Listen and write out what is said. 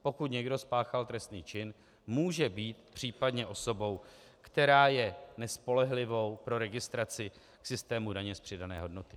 Pokud někdo spáchal trestný čin, může být případně osobou, která je nespolehlivou pro registraci systému daně z přidané hodnoty.